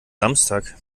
samstag